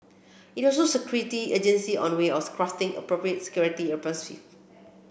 it also security agencies on ways of crafting appropriate security impressive